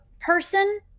person